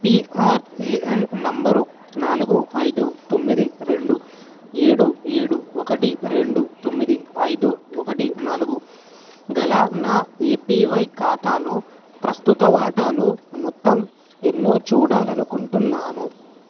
PRAN number నాలుగు ఐదు తొమ్మిది రెండు ఏడు ఏడు ఒకటి రెండు తొమ్మిది ఐదు ఒకటి నాలుగు గల నా ఏపీవై ఖాతాలో ప్రస్తుత వాటాలు మొత్తం ఎన్నో చూడాలనుకుంటున్నాను